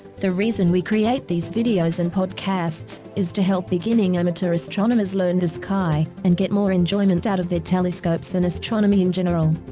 the reason we create these videos and podcasts is to help beginning amateur astronomers learn the sky and get more enjoyment out of their telescopes and astronomy in general.